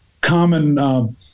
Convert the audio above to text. common